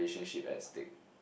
relationship at stake